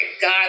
God